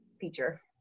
feature